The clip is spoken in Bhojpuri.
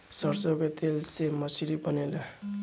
सरसों के तेल से मछली बनेले